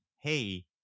hey